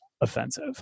offensive